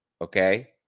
okay